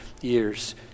years